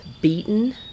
beaten